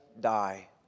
die